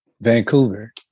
Vancouver